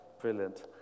Brilliant